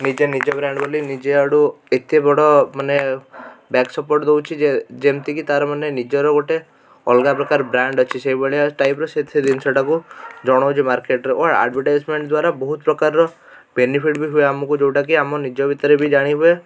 ନିଜେ ନିଜ ବ୍ରାଣ୍ଡ୍ ବୋଲି ନିଜ ଆଡ଼ୁ ଏତେ ବଡ଼ ମାନେ ବ୍ୟାକ୍ ସପୋର୍ଟ ଦଉଛି ଯେ ଯେମିତିକି ତାର ମାନେ ନିଜର ଗୋଟେ ଅଲଗା ପ୍ରକାର ବ୍ରାଣ୍ଡ୍ ଅଛି ସେ ଭଳିଆ ଟାଇପ୍ର ସେ ସେ ଜିନିଷଟାକୁ ଜଣାଉଛି ମାର୍କେଟ୍ରେ ଓ ଆଡଭଟାଈଜମେଣ୍ଟ ବହୁତ ପ୍ରକାରର ବେନିଫିଟ୍ ବି ହୁଏ ଆମକୁ ଯେଉଁଟାକି ଆମ ନିଜ ଭିତରେ ବି ଜାଣି ହୁଏ